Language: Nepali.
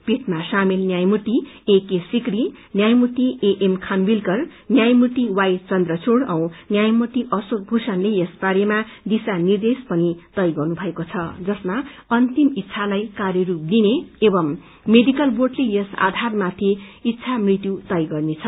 पीठमा सामेल न्यायमूर्ति एके सिक्री न्यायमूति एएम खानविलकर न्यायमूर्ति वाई चन्द्रचूड़ औ न्यायमूर्ति अशोक भूषणले यस बारेमा दिशा निर्देश पनि तय गर्नुभएको छ जसमा अन्तिम इच्छालाई कार्यरूपम दिने एवं मेडिकल बोर्डले यस आधारमाथि इच्छा मृत्यु तय गर्नेछ